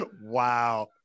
Wow